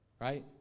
right